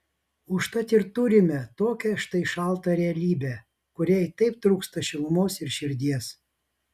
užtat ir turime tokią štai šaltą realybę kuriai taip trūksta šilumos ir širdies